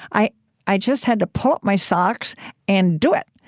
i i just had to pull up my socks and do it.